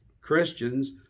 Christians